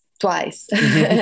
twice